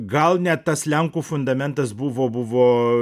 tai gal ne tas lenkų fundamentas buvo buvo